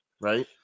right